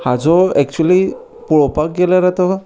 हाजो एक्चुली पळोवपाक गेल्यार आतां